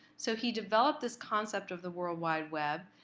so he developed this concept of the world wide web,